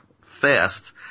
fast